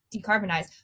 decarbonize